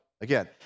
Again